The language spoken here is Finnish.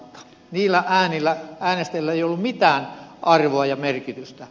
niillä äänillä äänestäjillä ei ollut mitään arvoa ja merkitystä